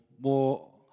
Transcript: more